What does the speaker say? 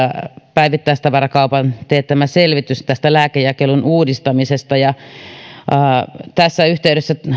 päivittäistavarakaupan teettämä selvitys lääkejakelun uudistamisesta tässä yhteydessä